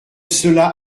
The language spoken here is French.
cela